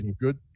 Good